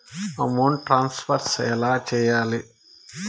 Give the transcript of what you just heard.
amount transfer ఎలా సేయాలి